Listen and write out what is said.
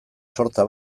sorta